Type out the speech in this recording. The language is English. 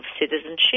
citizenship